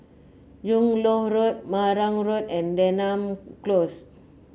Yung Loh Road Marang Road and Denham Close